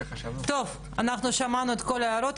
טוב, אנחנו שמענו את כל ההערות.